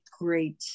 great